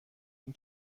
این